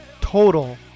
total